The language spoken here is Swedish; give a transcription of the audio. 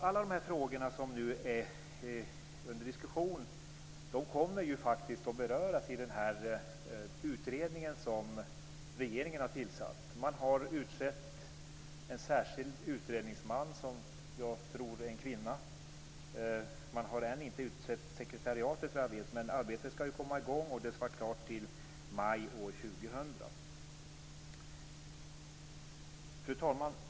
Alla de frågor som nu är under diskussion kommer ju faktiskt att beröras i den utredning som regeringen har tillsatt. Man har utsett en särskild utredningsman, som jag tror är en kvinna. Man har ännu inte, såvitt jag vet, utsett sekretariatet. Men arbetet skall ju komma i gång, och det skall vara klart till maj år 2000. Fru talman!